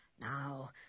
Now